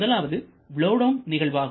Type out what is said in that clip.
முதலாவது blow down நிகழ்வாகும்